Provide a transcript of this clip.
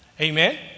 Amen